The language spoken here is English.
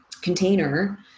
container